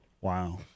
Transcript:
Wow